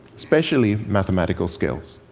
especially mathematical skills,